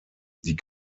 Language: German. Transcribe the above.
die